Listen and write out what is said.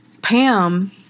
Pam